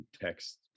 text